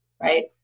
right